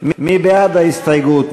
מי בעד ההסתייגות?